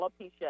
alopecia